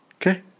Okay